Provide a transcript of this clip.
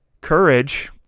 Courage